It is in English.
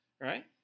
Right